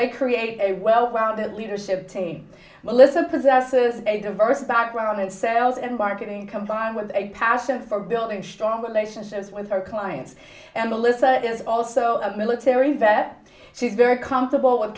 they create a well rounded leadership team melissa possesses a diverse background in sales and marketing combined with a passion for building strong relationships with our clients and the list that is also a military vet to be very comfortable with